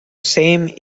same